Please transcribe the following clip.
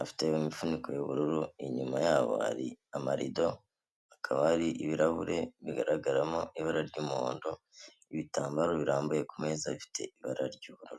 afite imifuniko y'ubururu, inyuma yabo hari amarido hakaba hari ibirahure bigaragaramo ibara ry'umuhondo, ibitambaro birambuye ku meza bifite ibara ry'ubururu.